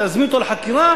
להזמין אותו לחקירה,